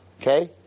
okay